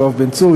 יואב בן צור,